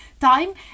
time